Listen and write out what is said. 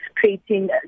Creating